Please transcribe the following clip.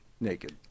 naked